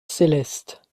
céleste